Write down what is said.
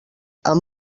amb